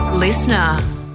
Listener